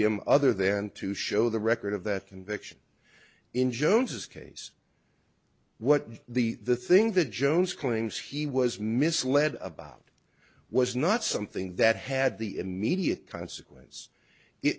him other than to show the record of that conviction in jones's case what the the thing that jones clings he was misled about was not something that had the immediate consequence it